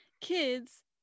kids